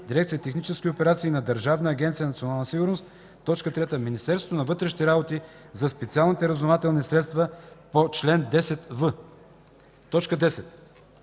дирекция „Технически операции” на Държавна агенция „Национална сигурност”; 3. Министерството на вътрешните работи – за специалните разузнавателни средства по чл. 10в.” 10.